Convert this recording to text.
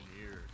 years